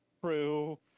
True